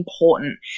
important